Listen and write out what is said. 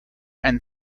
and